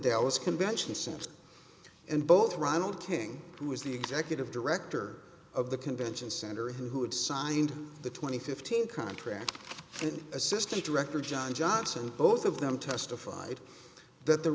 dallas convention center and both ronald king who is the executive director of the convention center who had signed the twenty fifteen contract and assistant director john johnson both of them testified that the